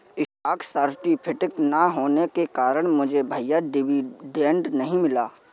stock certificate ना होने के कारण भैया मुझे डिविडेंड नहीं मिला